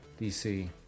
DC